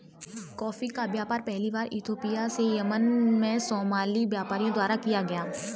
coffee का व्यापार पहली बार इथोपिया से यमन में सोमाली व्यापारियों द्वारा किया गया